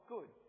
Good